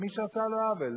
מי שעשה לו עוול.